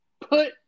put